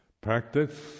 practice